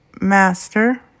Master